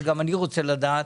שגם אני רוצה לדעת,